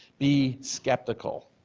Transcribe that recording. be skeptical.